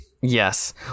yes